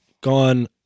gone